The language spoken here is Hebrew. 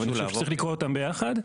אני חושב שצריך לקרוא אותם ביחד.